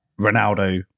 Ronaldo